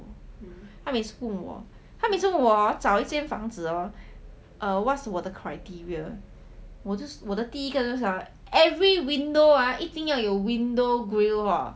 他每次问我问我 hor 他每次问我找一间房子 hor err what's 我的 criteria 我就是我的第一个就是讲 every window ah 一定要有 window grille hor